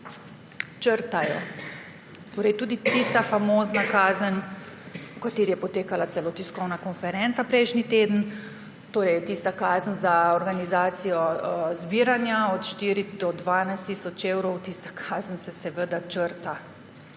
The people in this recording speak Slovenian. črtajo. Črtajo. Tudi tista famozna kazen, o kateri je potekala celo tiskovna konferenca prejšnji teden, to je tista kazen za organizacijo zbiranja, od 4 do 12 tisoč evrov. Tista kazen se seveda črta,